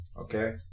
Okay